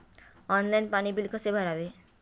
Online पाणी bill कसे भरावे?